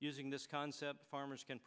using this concept farmers can